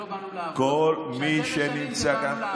למה כשאנחנו משנים זה לא "באנו לעבוד" וכשאתם משנים זה "באנו לעבוד"?